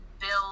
build